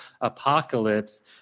apocalypse